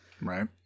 Right